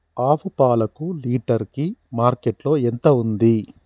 ఆవు పాలకు లీటర్ కి మార్కెట్ లో ఎంత ఉంది?